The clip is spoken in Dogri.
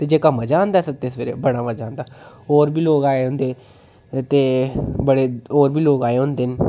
ते जेह्का मजा आंदा सत्ते सवेरे बड़ा मजा आंदा होर बी लोक आए दे होंदे ते बड़े होर बी लोक आए दे होंदे न